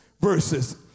verses